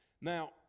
Now